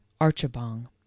Archibong